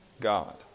God